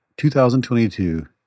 2022